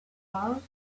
guitars